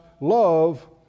love